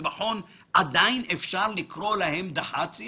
היו ביני למר שהם שיחות עם כניסתי לתפקיד.